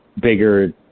bigger